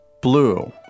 Blue